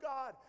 God